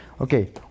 Okay